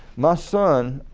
my son,